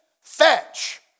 fetch